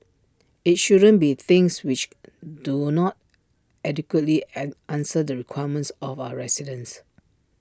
IT shouldn't be things which do not adequately an answer the requirements of our residents